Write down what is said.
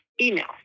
email